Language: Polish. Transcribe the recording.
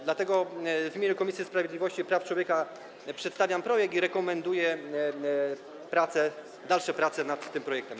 Dlatego w imieniu Komisji Sprawiedliwości i Praw Człowieka przedstawiam projekt i rekomenduję dalsze prace nad tym projektem.